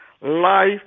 life